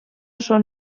són